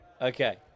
Okay